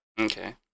Okay